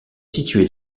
situé